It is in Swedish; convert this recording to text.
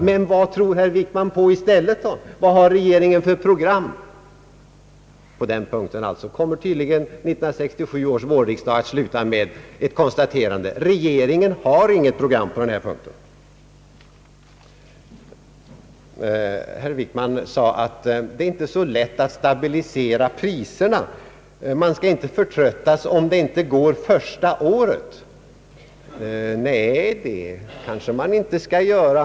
Men vad tror herr Wickman på i stället? Vad har regeringen för program? På den punkten kommer tydligen 1967 års vårriksdag att sluta med konstaterandet att regeringen inte har något program. Herr Wickman sade att det inte är så lätt att stabilisera priserna. Man skall inte förtröttas, om det inte går första året, sade han vidare. Nej, det kanske man inte skall göra.